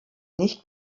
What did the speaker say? nicht